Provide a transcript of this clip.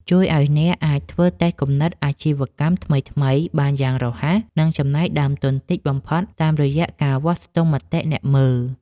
ជួយឱ្យអ្នកអាចធ្វើតេស្តគំនិតអាជីវកម្មថ្មីៗបានយ៉ាងរហ័ស និងចំណាយដើមទុនតិចបំផុតតាមរយៈការវាស់ស្ទង់មតិអ្នកមើល។